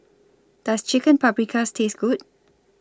Does Chicken Paprikas Taste Good